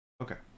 Okay